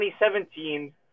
2017